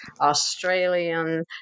australian